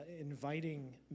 inviting